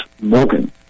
Morgan